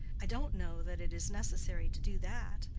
i don't know that it is necessary to do that.